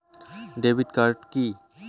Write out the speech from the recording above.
Debit card key?